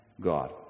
God